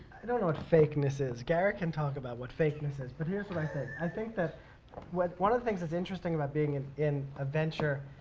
i don't know what fakeness is. gary can talk about what fakeness is, but here's what i think. i think that one of the things that's interesting about being in in a venture,